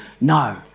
No